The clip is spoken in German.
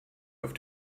auf